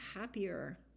happier